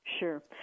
Sure